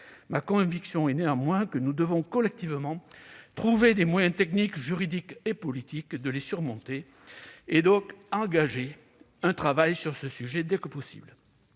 Ma conviction est néanmoins que nous devons collectivement trouver les moyens techniques, juridiques et politiques de les surmonter et engager un travail sur ce sujet dès que possible.